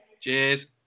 Cheers